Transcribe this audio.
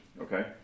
okay